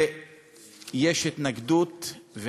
ויש התנגדות.